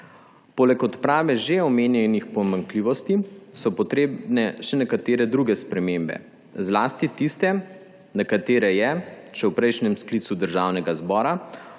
Poleg odprave že omenjenih pomanjkljivosti so potrebne še nekatere druge spremembe, zlasti tiste, na katere je še v prejšnjem sklicu državnega zbora